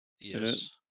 Yes